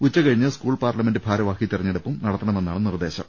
ഉച്ചകഴിഞ്ഞ് school parliament ഭാരവാഹി തെരഞ്ഞെടുപ്പും നടത്തണമെന്നാണ് നിർദേശം